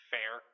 Fair